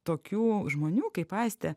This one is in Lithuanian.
tokių žmonių kaip aistė